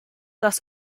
das